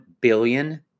billion